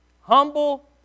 Humble